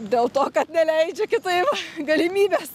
dėl to kad neleidžia kitaip galimybės